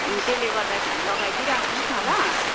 त्यसले गर्दाखेरि लगाइदिई राख्नुहोस् न ल